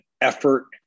effort